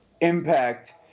impact